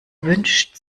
wünscht